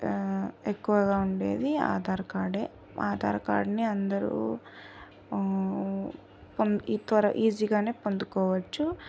ఎక్కువగా ఉండేది ఆధార్ కార్డే ఆధార్ కార్డ్ని అందరూ త్వరగ ఈజీగానే పొందుకోవచ్చు